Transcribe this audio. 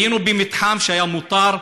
היינו במתחם שהיה מותר,